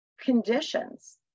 conditions